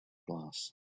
glass